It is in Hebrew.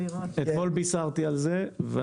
הנגב והגליל עודד פורר: אתמול בישרתי על זה ואנחנו